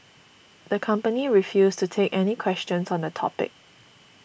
the company refused to take any questions on the topic